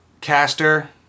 caster